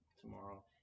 tomorrow